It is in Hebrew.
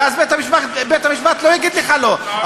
ואז בית-המשפט לא יגיד לך לא,